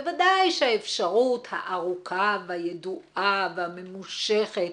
בוודאי שהאפשרות הארוכה והידועה והממושכת,